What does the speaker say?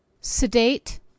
sedate